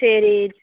சரி